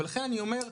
ולכן אני אומר,